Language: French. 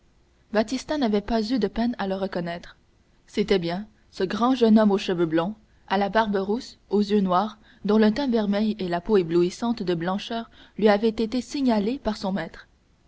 baptistin n'avait pas eu de peine à le reconnaître c'était bien ce grand jeune homme aux cheveux blonds à la barbe rousse aux yeux noirs dont le teint vermeil et la peau éblouissante de blancheur lui avaient été signalés par son maître